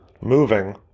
Moving